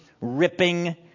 ripping